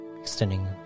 extending